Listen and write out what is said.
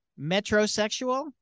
metrosexual